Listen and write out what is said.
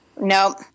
Nope